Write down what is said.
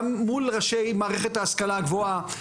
וגם להשתמש בכשרונות של אותם חברי הסגל